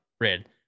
Red